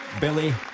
Billy